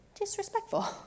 disrespectful